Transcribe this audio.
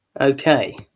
okay